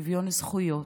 על שוויון זכויות,